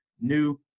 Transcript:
new